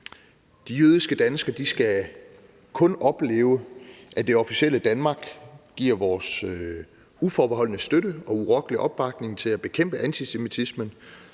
De jødiske danskere skal kun opleve, at det officielle Danmark giver vores uforbeholdne støtte og urokkelige opbakning til at bekæmpe antisemitismen